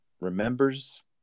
remembers